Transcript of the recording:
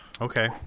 Okay